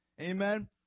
amen